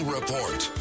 Report